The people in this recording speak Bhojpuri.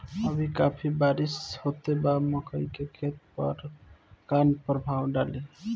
अभी काफी बरिस होत बा मकई के खेत पर का प्रभाव डालि?